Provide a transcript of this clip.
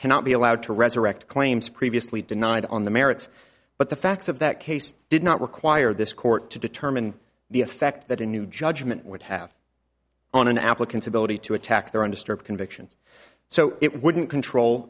cannot be allowed to resurrect claims previously denied on the merits but the facts of that case did not require this court to determine the effect that a new judgment would have on an applicant's ability to attack their own district convictions so it wouldn't control